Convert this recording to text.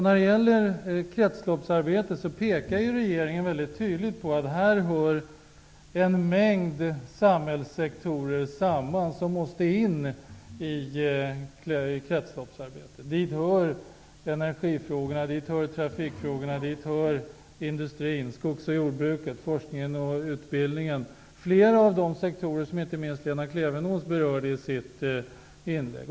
När det gäller kretsloppsarbetet pekar regeringen mycket tydligt på att här hör en mängd samhällssektorer samman, vilka måste in i kretsloppsarbetet. Dit hör energifrågorna, trafikfrågorna, industrin, skogsoch jordbruket, forskningen och utbildningen. Lena Klevenås berörde i sitt inlägg flera av dessa sektorer.